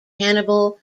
hannibal